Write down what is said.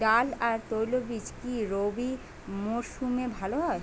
ডাল আর তৈলবীজ কি রবি মরশুমে ভালো হয়?